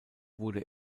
wurde